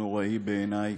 הנוראי בעיני,